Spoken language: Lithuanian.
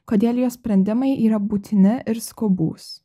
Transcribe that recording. kodėl jie sprendimai yra būtini ir skubūs